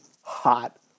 hot